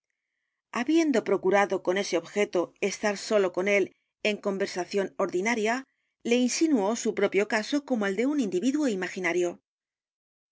habiendo procurado con ese objeto estar solo con él en conversación ordila carta robada naria le insinuó su propio caso como el de u n individuo imaginario